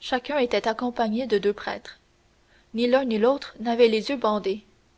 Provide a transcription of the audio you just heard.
chacun était accompagné de deux prêtres ni l'un ni l'autre n'avait les yeux bandés